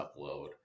upload